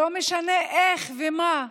לא משנה איך ומה,